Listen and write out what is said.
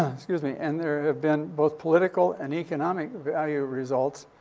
excuse me. and there have been both political and economic value results,